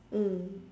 mm